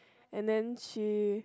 and then she